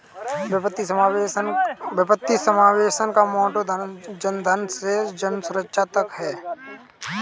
वित्तीय समावेशन का मोटो जनधन से जनसुरक्षा तक है